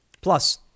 Plus